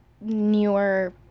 Newer